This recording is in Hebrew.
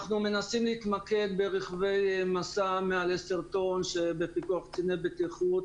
אנחנו מנסים להתמקד ברכבי משא מעל 10 טון שבפיקוח קציני בטיחות,